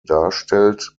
darstellt